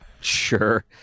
Sure